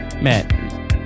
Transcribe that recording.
man